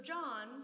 John